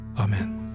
Amen